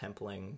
templing